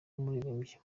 umuririmbyi